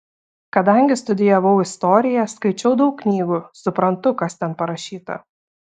kadangi studijavau istoriją skaičiau daug knygų suprantu kas ten parašyta